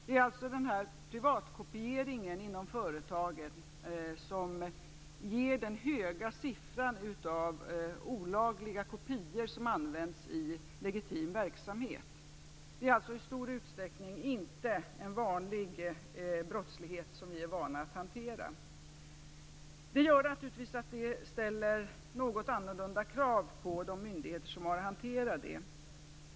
Det är alltså den här privatkopieringen inom företagen som ger den höga siffran av olagliga kopior som används i legitim verksamhet. Det är alltså i stor utsträckning inte en vanlig brottslighet, som vi är vana att hantera. Det ställer naturligtvis något annorlunda krav på de myndigheter som har att hantera det.